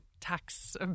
tax